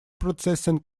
processing